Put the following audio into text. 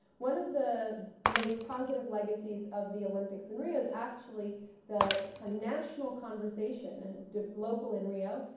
one of the most positive legacies of the olympics in rio is actually the kind of national conversation, and local in rio,